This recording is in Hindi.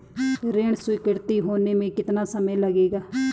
ऋण स्वीकृति होने में कितना समय लगेगा?